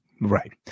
Right